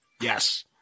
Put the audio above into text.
Yes